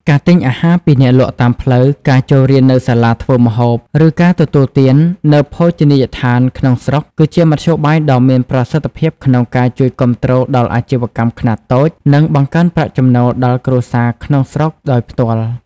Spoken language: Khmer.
ការទិញអាហារពីអ្នកលក់តាមផ្លូវ ការចូលរៀននៅសាលាធ្វើម្ហូប ឬការទទួលទាននៅភោជនីយដ្ឋានក្នុងស្រុក គឺជាមធ្យោបាយដ៏មានប្រសិទ្ធភាពក្នុងការ ជួយគាំទ្រដល់អាជីវកម្មខ្នាតតូច និងបង្កើនប្រាក់ចំណូលដល់គ្រួសារក្នុងស្រុកដោយផ្ទាល់ ។